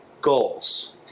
goals